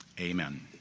Amen